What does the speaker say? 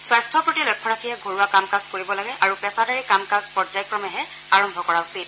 স্বাস্থাৰ প্ৰতি লক্ষ্য ৰাখিহে ঘৰুৱা কাম কাজ কৰিব লাগে আৰু পেছাদাৰী কাম কাজ পৰ্যায়ক্ৰমে আৰম্ভ কৰা উচিত